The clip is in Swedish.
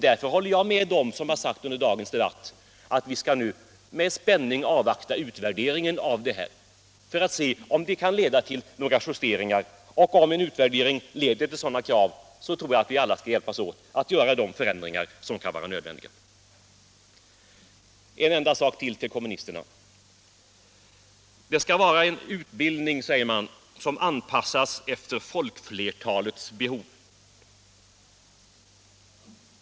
Därför håller jag med dem som under dagens debatt har sagt att vi nu med spänning skall avvakta utvärderingen av reformen för att se om den leder till några justeringar. Ytterligare en enda sak till kommunisterna. Utbildningen, säger kommunisterna, skall anpassas efter folkflertalets behov.